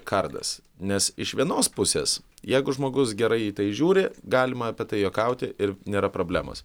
kardas nes iš vienos pusės jeigu žmogus gerai į tai žiūri galima apie tai juokauti ir nėra problemos